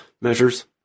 measures